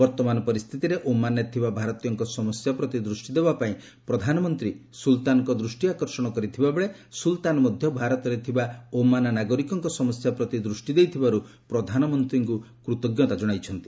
ବର୍ତ୍ତମାନ ପରିସ୍ଥିତିରେ ଓମାନରେ ଥିବା ଭାରତୀୟଙ୍କ ସମସ୍ୟା ପ୍ରତି ଦୂଷ୍ଟି ଦେବା ପାଇଁ ପ୍ରଧାନମନ୍ତ୍ରୀ ସୁଲତାନଙ୍କ ଦୃଷ୍ଟିଆକର୍ଷଣ କରିଥିବା ବେଳେ ସୁଲତାନ ମଧ୍ୟ ଭାରତରେ ଥିବା ଓମାନ ନାଗରିକଙ୍କ ସମସ୍ୟା ପ୍ରତି ଦୃଷ୍ଟି ଦେଇଥିବାରୁ ପ୍ରଧାନମନ୍ତ୍ରୀଙ୍କୁ କୃତଜ୍ଞତା ଜଣାଇଛନ୍ତି